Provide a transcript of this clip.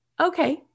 okay